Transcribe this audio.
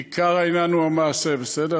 עיקר העניין הוא המעשה, בסדר.